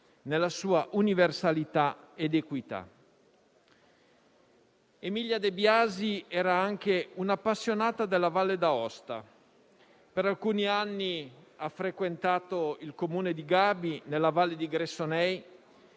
nella sua universalità ed equità. Emilia De Biasi era anche un'appassionata della Valle d'Aosta. Per alcuni anni ha frequentato il Comune di Gaby nella valle di Gressoney